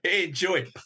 Enjoy